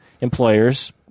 employers